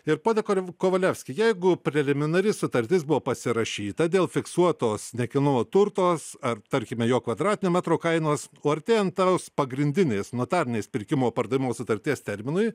ir pone kova kovalevski jeigu preliminari sutartis buvo pasirašyta dėl fiksuotos nekilnojamo turto ar tarkime jo kvadratinio metro kainos o artėjant tos pagrindinės notarinės pirkimo pardavimo sutarties terminui